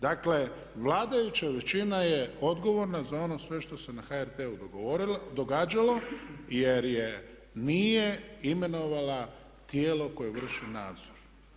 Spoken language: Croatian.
Dakle, vladajuća većina je odgovorna za ono sve što se na HRT-u događalo jer nije imenovala tijelo koje vrši nadzor.